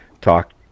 talk